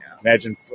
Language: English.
Imagine